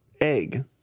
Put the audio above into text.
Egg